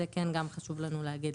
זה כן גם חשוב לנו להגיד.